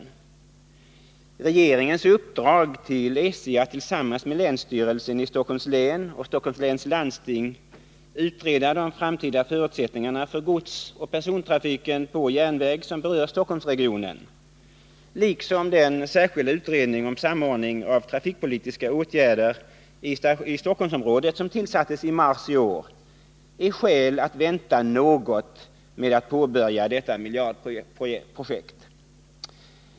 Men regeringens uppdrag till SJ att tillsammans med länsstyrelsen i Stockholms län och Stockholms läns landsting utreda de framtida förutsättningarna för godsoch persontrafiken på järnväg som berör Stockholmsregionen liksom den särskilda utredning om samordning av trafikpolitiska åtgärder i Stockholmsområdet som tillsattes i mars i år är skäl att vänta något med att påbörja detta miljardprojekt.